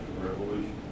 Revolution